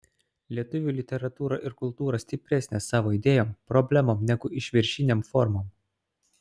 lietuvių literatūra ir kultūra stipresnė savo idėjom problemom negu išviršinėm formom